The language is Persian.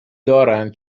دارن